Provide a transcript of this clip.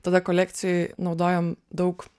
tada kolekcijoj naudojom daug